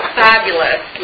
fabulous